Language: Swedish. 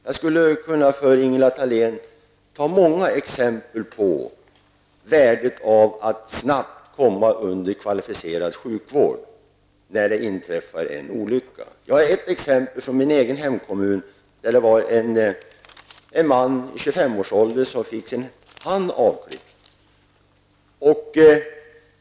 Jag skulle kunna för Ingela Thalén ta många exempel på värdet av att snabbt komma under kvalificerad sjukvård när det inträffar en olycka. Jag har ett exempel från min hemkommun. En man i 25-årsåldern fick sin hand avklippt.